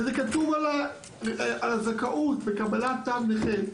וזה כתוב על הזכאות בקבלת תו נכה,